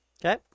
Okay